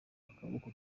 akaboko